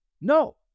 No